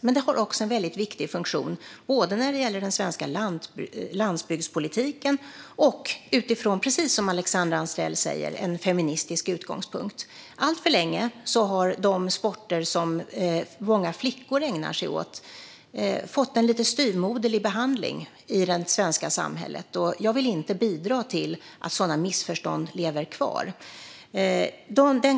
Den har också en viktig funktion i den svenska landsbygdspolitiken och, som Alexandra Anstrell säger, ur en feministisk utgångspunkt. Alltför länge har de sporter som många flickor ägnar sig åt fått en lite styvmoderlig behandling i det svenska samhället. Jag vill inte bidra till att sådana missförstånd lever kvar.